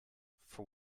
for